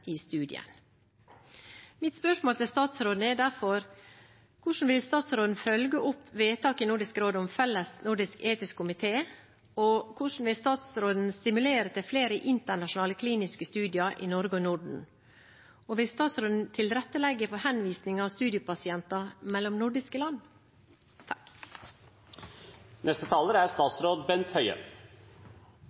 i studiet. Mine spørsmål til statsråden er derfor: Hvordan vil statsråden følge opp vedtaket i Nordisk råd om en felles nordisk etisk komité? Hvordan vil statsråden stimulere til flere internasjonale kliniske studier i Norge og Norden? Og vil statsråden tilrettelegge for henvisning av studiepasienter mellom nordiske land? Det er et viktig spørsmål representanten Synnes Emblemsvåg tar opp, og jeg er